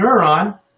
neuron